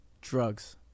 Drugs